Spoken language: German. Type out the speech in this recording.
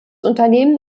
unternehmen